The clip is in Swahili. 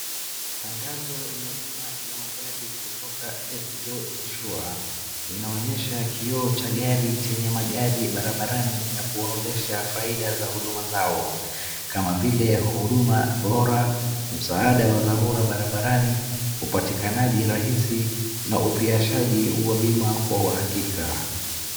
Tangazo la bima ya magari kutoka LetsGo insure linaonyesha kioo cha gari chenye magari barabarani na kuorodhesha faida za huduma zao kama vile huduma bora, msaada wa dharura barabarani, upatikanaji rahisi na upiashaji wa bima kwa hakika.